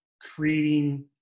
creating